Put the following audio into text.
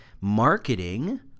marketing